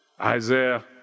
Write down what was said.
Isaiah